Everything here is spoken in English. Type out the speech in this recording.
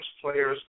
players